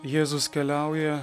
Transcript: jėzus keliauja